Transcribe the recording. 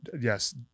Yes